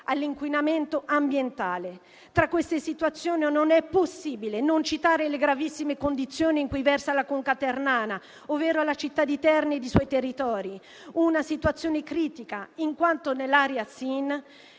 all'inquinamento ambientale. Tra queste situazioni non è possibile non citare le gravissime condizioni in cui versa la Conca ternana, ovvero la città di Terni e i suoi territori. La situazione è critica in quanto nell'area SIN